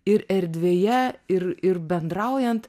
ir erdvėje ir ir bendraujant